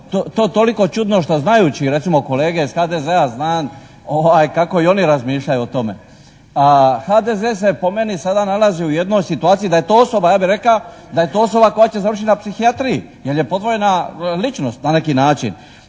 je to toliko čudno što znajući, recimo kolege iz HDZ-a znam kako i oni razmišljaju o tome. HDZ se po meni sada nalazi u jednoj situaciji, da je to osoba, ja bi rekao, da je to osoba koja će završiti na psihijatriji jer je podvojena ličnost na neki način.